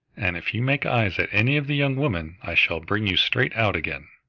and if you make eyes at any of the young women i shall bring you straight out again.